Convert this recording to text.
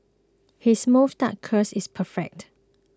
his moustache curls is perfect